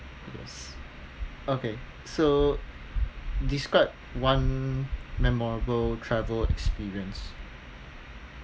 yes okay so describe one memorable travel experience